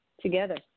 together